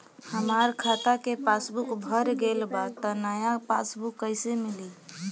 हमार खाता के पासबूक भर गएल बा त नया पासबूक कइसे मिली?